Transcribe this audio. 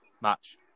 match